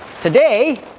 Today